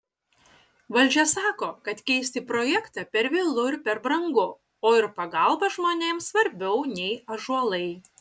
valdžia sako jog keisti projektą per vėlu ir per brangu o ir pagalba žmonėms svarbiau nei ąžuolai